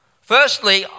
Firstly